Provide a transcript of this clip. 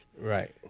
Right